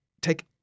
take